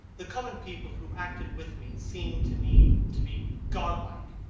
the common people who acted with me seemed to me to be godlike.